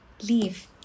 leave